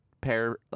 pair